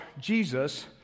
Jesus